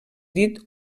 dit